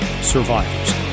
survivors